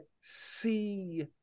see